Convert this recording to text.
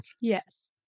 Yes